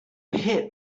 hit